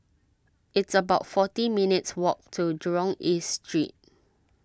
it's about forty minutes' walk to Jurong East Street